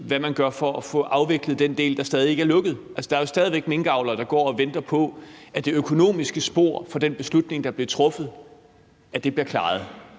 hvad man gør for at få afviklet den del, der stadig ikke er lukket. Altså, der er jo stadig væk minkavlere, der går og venter på, at det økonomiske spor for den beslutning, der blev truffet, bliver klaret.